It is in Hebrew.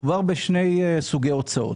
מדובר בשני סוגי הוצאות: